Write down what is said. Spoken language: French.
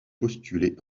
postuler